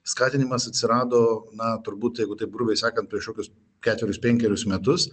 skatinimas atsirado na turbūt jeigu taip grubiai sakant prišauks ketverius penkerius metus